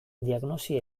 diagnosi